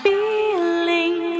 Feeling